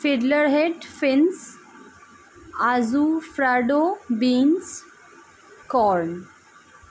fiddler head fins আজুফ্রাডো beans কর্ণ